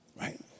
right